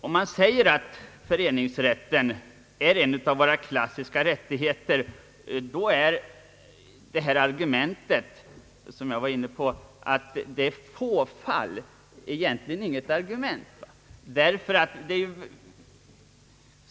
Om föreningsrätten är en av våra klassiska rättigheter, är det argumentet, att det här bara gäller ett fåtal fall egentligen inte ett hållbart argument.